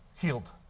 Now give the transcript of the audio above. healed